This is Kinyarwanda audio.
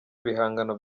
ibihangano